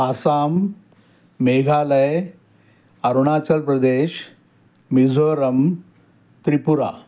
Assam Meghalaya Arunachal Pradesh Mizoram Tripura